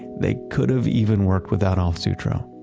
they could have even worked with adolf sutro